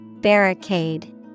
Barricade